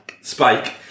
Spike